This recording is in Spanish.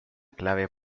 clave